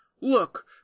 Look